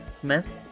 Smith